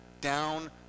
down